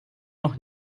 noch